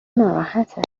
ناراحته